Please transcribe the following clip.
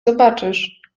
zobaczysz